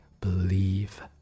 believe